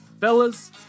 Fellas